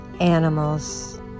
animals